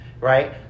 right